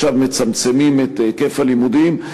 ועכשיו מצמצמים את היקף הלימודים.